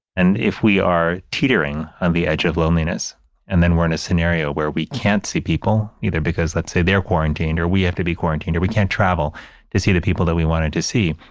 and if we are teetering on the edge of loneliness and then we're in a scenario where we can't see people either because let's say they're quarantined or we have to be quarantined, we can't travel to see the people that we wanted to see.